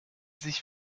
sich